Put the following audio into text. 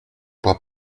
pas